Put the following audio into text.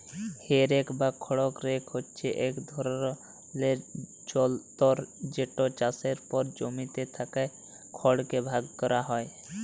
হে rake বা খড় rake হছে ইক ধরলের যলতর যেট চাষের পর জমিতে থ্যাকা খড়কে ভাগ ক্যরা হ্যয়